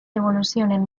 evolucionen